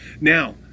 now